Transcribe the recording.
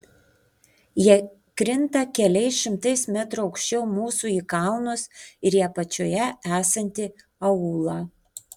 jie krinta keliais šimtais metrų aukščiau mūsų į kalnus ir į apačioje esantį aūlą